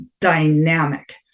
dynamic